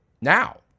now